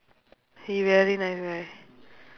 he very nice guy